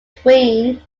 between